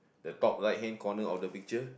the top right hand corner of the picture